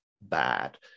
bad